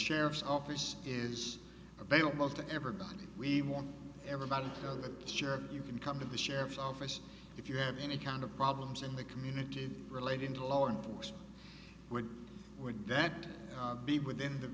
sheriff's office is available to ever god we want everybody to know that sure you can come to the sheriff's office if you have any kind of problems in the community relating to law enforcement which would that be within the